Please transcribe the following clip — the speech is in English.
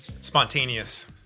spontaneous